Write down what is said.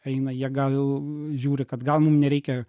eina jie gal žiūri kad gal mum nereikia